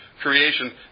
creation